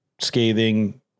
scathing